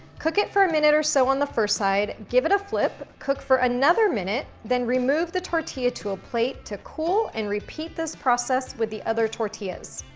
cook it for a minute or so on the first side, give it a flip, cook for another minute, then remove the tortilla to a plate to cool, and repeat this process with the other tortillas.